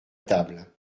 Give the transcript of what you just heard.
table